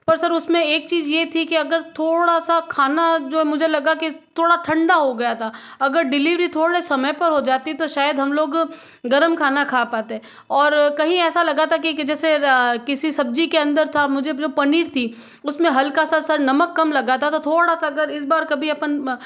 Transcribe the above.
पर सर उसमें एक चीज ये थी कि अगर थोड़ा सा खाना जो मुझे लगा कि थोड़ा ठंडा हो गया था अगर डिलीवरी थोड़ा समय पर हो जाती तो शायद हम लोग गर्म खाना खा पाते और कहीं ऐसा लगा था कि जैसे किसी सब्जी के अंदर था मुझे जो पनीर थी उसमें हल्का सा सर नमक कम लगा था तो थोड़ा सा अगर इस बार कभी अपन